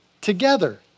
together